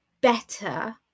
better